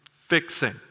fixing